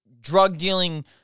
drug-dealing